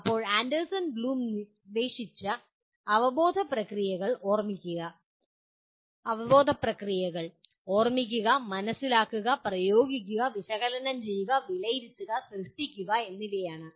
ഇപ്പോൾ Anderson Bloom നിർദ്ദേശിച്ച അവബോധന പ്രക്രിയകൾ ഓർമ്മിക്കുക മനസിലാക്കുക പ്രയോഗിക്കുക വിശകലനം ചെയ്യുക വിലയിരുത്തുക സൃഷ്ടിക്കുക എന്നിവയാണ്